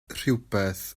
rhywbeth